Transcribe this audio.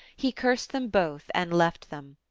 he cursed them both and left them.